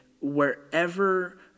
wherever